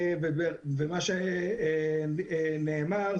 ומה שנאמר,